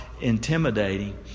intimidating